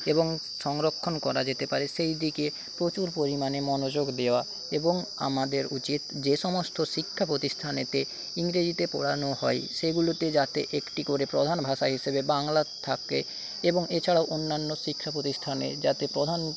এবং সংরক্ষণ করা যেতে পারে সেই দেখে প্রচুর পরিমাণে মনোযোগ দেওয়া এবং আমাদের উচিত যে সমস্ত শিক্ষা প্রতিষ্ঠানেতে ইংরেজিতে পড়ানো হয় সেগুলোতে যাতে একটি করে প্রধান ভাষা হিসাবে বাংলা থাকে এবং এছাড়াও অন্যান্য শিক্ষা প্রতিষ্ঠানে যাতে প্রধান